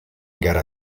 gara